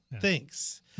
Thanks